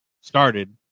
started